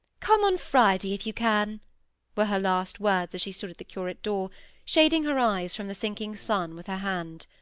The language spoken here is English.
come on friday, if you can were her last words as she stood at the curate-door, shading her eyes from the sinking sun with her hand.